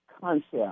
concept